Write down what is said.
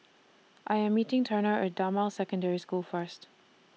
I Am meeting Turner At Damai Secondary School First